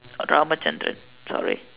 RamaChandran sorry